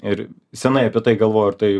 ir senai apie tai galvoju tai